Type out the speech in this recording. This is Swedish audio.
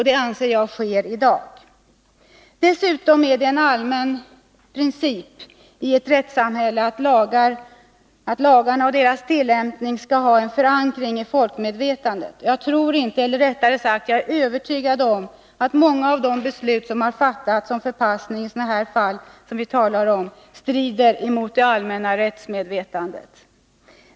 Det anser jag sker i dag. Dessutom är det en allmän princip i ett rättssamhälle att lagarna och tillämpningen av dessa skall ha en förankring i folkmedvetandet. Jag tror inte — eller rättare sagt, jag är övertygad om — att många av de beslut som har fattats om förpassning i sådana fall som vi här talar om strider mot det allmänna rättsmedvetandet.